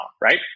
right